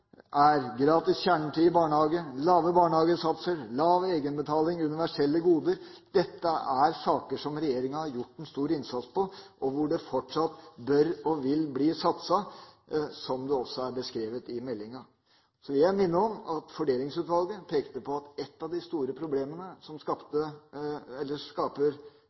er: gratis kjernetid i barnehage, lave barnehagesatser, lav egenbetaling, universelle goder. Dette er saker som regjeringa har gjort en stor innsats på, og hvor det fortsatt bør og vil bli satset, som det også er beskrevet i meldinga. Så vil jeg minne om at Fordelingsutvalget pekte på at et av de store problemene som skaper